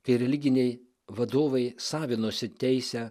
kai religiniai vadovai savinosi teisę